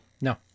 No